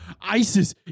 ISIS